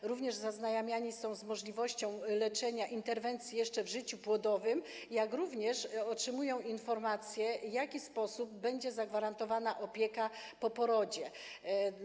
Są również zaznajamiane z możliwością leczenia, interwencji jeszcze w życiu płodowym, jak również otrzymują informacje, w jaki sposób będzie zagwarantowana opieka po porodzie.